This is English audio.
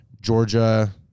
Georgia